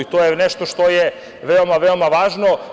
To je nešto što je veoma, veoma važno.